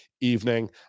evening